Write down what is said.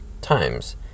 times